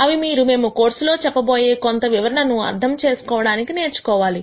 అవి మీరు మేము ఈ కోర్సులో చెప్పబోయే కొంత వివరణ ను అర్థం చేసుకోవడానికి నేర్చుకోవాలి